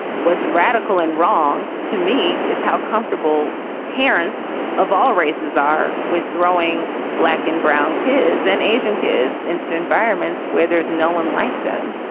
what's radical and wrong to me is how comfortable parents of all races are with throwing black and brown kids and asian kids into environments where there's no one like them,